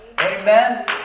Amen